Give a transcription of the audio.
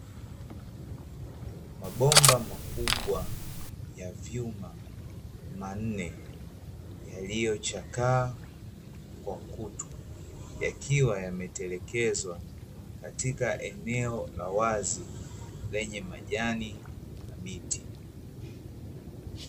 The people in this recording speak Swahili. Mabomba makubwa ya vyuma manne, yaliyochakaa kwa kutu yakiwa yametelekezwa katika eneo la wazi lenye majani na miti.